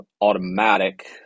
automatic